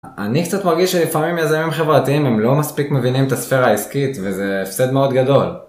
אני קצת מרגיש שלפעמים יזמים חברתיים הם לא מספיק מבינים את הספרה העסקית וזה הפסד מאוד גדול.